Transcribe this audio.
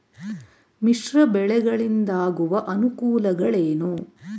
ಮಿಶ್ರ ಬೆಳೆಗಳಿಂದಾಗುವ ಅನುಕೂಲಗಳೇನು?